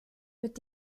mit